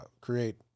create